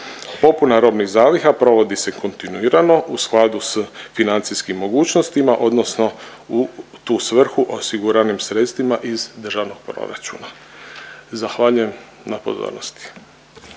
Popuna robnih zaliha provodi se kontinuirano u skladu s financijskim mogućnostima odnosno u tu svrhu osiguranim sredstvima iz državnog proračuna. Zahvaljujem na pozornosti.